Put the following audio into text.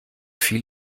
viel